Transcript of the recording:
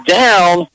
down